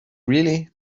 really